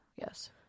Yes